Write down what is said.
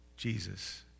Jesus